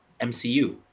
mcu